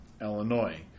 Illinois